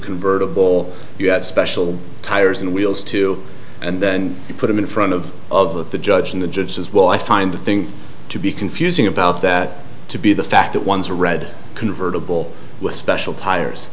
convertible you have special tires and wheels too and then you put them in front of of the judge and the judge says well i find the thing to be confusing about that to be the fact that one's a red convertible with special tires